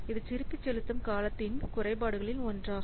இது திருப்பிச் செலுத்தும் காலத்தின் குறைபாடுகளில் ஒன்றாகும்